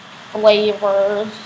Flavors